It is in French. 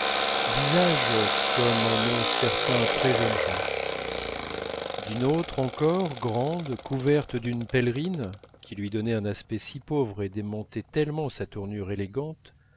visage comme en ont certains très jeunes gens d'une autre encore grande couverte d'une pèlerine qui lui donnait un aspect si pauvre et démentait tellement sa tournure élégante